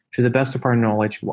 to the best of our knowledge,